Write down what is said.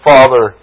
Father